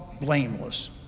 blameless